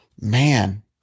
man